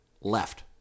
left